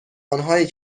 آنهایی